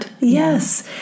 Yes